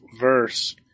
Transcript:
verse